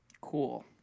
Cool